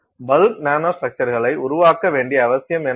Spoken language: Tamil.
பல்க் நானோ ஸ்ட்ரக்சர்ஸ்களை உருவாக்க வேண்டிய அவசியம் என்ன